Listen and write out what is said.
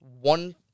one